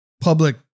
public